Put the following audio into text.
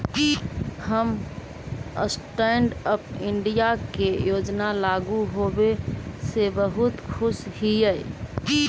हम stand up India के योजना लागू होबे से बहुत खुश हिअई